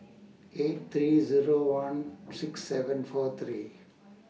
eight three Zero one six seven four three